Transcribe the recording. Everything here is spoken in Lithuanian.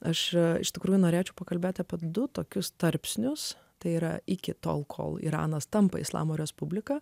aš iš tikrųjų norėčiau pakalbėti apie du tokius tarpsnius tai yra iki tol kol iranas tampa islamo respublika